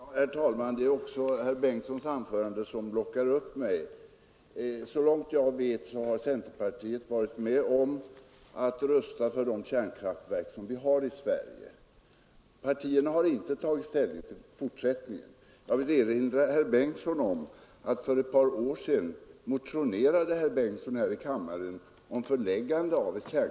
Herr talman! Det är herr Bengtsons anförande som också har lockat upp mig. Såvitt jag vet har centerpartiet varit med om att rösta för de kärnkraftverk vi har i Sverige. Partierna har inte tagit ställning till den fortsatta utbyggnaden. Jag vill erinra herr Bengtson om att för ett par år sedan